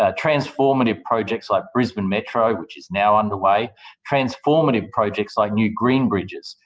ah transformative projects like brisbane metro, which is now under way transformative projects like new green bridges,